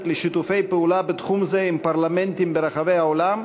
לשיתופי פעולה בתחום זה עם פרלמנטרים ברחבי העולם,